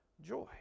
joy